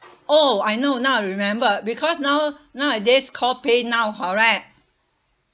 oh I know now I remember because now~ nowadays call paynow correct